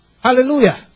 Hallelujah